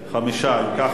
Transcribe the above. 5. אם כך,